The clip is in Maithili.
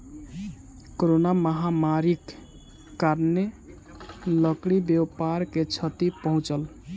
कोरोना महामारीक कारणेँ लकड़ी व्यापार के क्षति पहुँचल